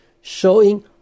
showing